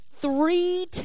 three